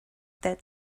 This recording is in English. that